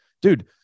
dude